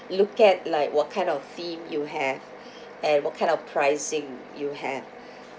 look at like what kind of theme you have and what kind of pricing you have